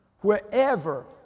wherever